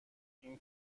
این